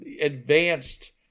Advanced